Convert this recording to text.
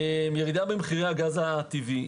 ירידה במחירי הגז הטבעי.